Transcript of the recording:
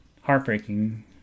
heartbreaking